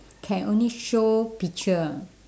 can only show picture